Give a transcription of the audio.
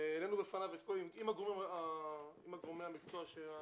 עם גורמי המקצוע של המשרד.